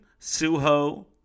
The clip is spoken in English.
Suho